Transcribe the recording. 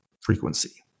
frequency